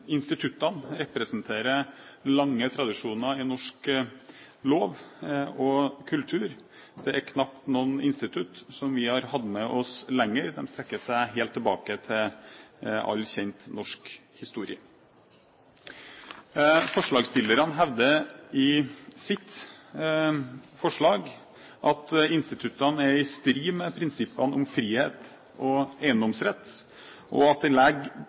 knapt noen institutter som vi har hatt med oss lenger, de strekker seg helt tilbake til all kjent norsk historie. Forslagsstillerne hevder i sine forslag at instituttene er i strid med prinsippene om frihet og eiendomsrett, og at de legger